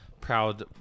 proud